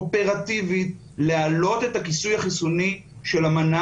אופרטיבית להעלות את הכיסוי החיסוני של המנה